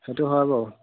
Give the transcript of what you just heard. সেইটো হয় বাৰু